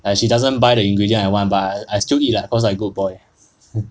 like she doesn't buy the ingredient I want but I still eat lah cause I good boy